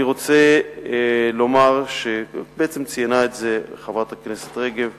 אני רוצה לומר בעצם ציינה את זה חברת הכנסת רגב,